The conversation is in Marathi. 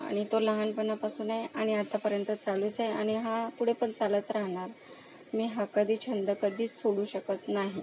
आणि तो लहानपणापासून आहे आणि आतापर्यंत चालूच आहे आणि हा पुढे पण चालत राहणार मी हा कधी छंद कधी सोडू शकत नाही